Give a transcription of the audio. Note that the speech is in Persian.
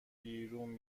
بیرون